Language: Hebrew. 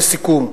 לסיכום,